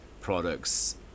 products